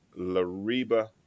lariba